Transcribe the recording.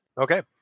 Okay